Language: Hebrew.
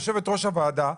יושבת-ראש הוועדה,